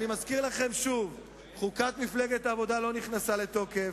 אני מזכיר לכם שוב: חוקת מפלגת העבודה לא נכנסה לתוקף.